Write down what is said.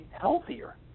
healthier